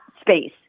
space